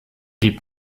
gib